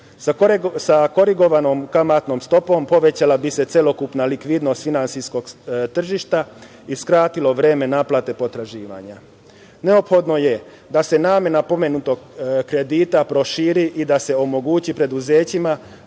korigovanom kamatnom stopom povećala bi se celokupna likvidnost finansijskog tržišta i skratilo vreme naplate potraživanja. Neophodno je da se namena pomenutog kredita proširi i da se omogući preduzećima